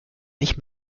nicht